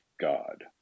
God